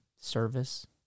service